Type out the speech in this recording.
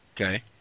Okay